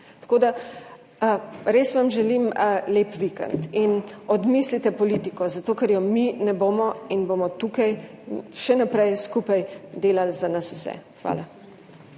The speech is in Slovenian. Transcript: Tako da res vam želim lep vikend in odmislite politiko, zato ker jo mi ne bomo in bomo tukaj še naprej skupaj delali za nas vse. Hvala.